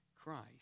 Christ